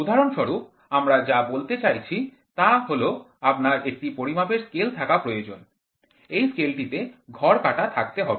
উদাহরণস্বরূপ আমরা যা বলতে চাইছি তা হল আপনার একটি পরিমাপের স্কেল থাকা প্রয়োজন এই স্কেলটিতে ঘর কাটা থাকতে হবে